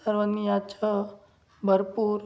सर्वानी याचा भरपूर